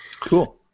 Cool